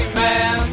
man